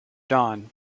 dawn